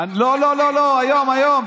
לא, לא, לא, לא, היום, היום.